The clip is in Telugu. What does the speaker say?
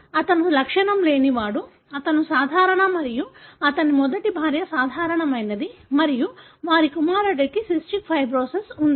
అతను లక్షణం లేనివాడు అతను సాధారణ మరియు అతని మొదటి భార్య సాధారణమైనది మరియు వారి కుమారుడికి సిస్టిక్ ఫైబ్రోసిస్ ఉంది